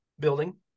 Building